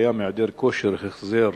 אין למועצות אלה כושר החזר.